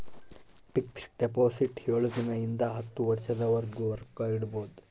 fix deposit ಏಳು ದಿನ ಇಂದ ಹತ್ತು ವರ್ಷದ ವರ್ಗು ರೊಕ್ಕ ಇಡ್ಬೊದು